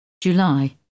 July